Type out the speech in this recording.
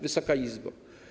Wysoka Izbo!